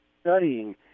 studying